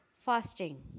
fasting